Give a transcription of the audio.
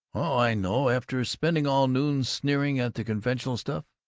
i know! after spending all noon sneering at the conventional stuff,